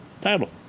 title